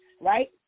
right